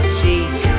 teeth